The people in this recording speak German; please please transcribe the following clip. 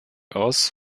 aus